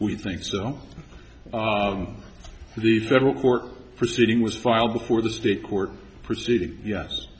we think so the federal court proceeding was filed before the state court proceeding yes